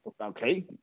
Okay